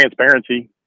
transparency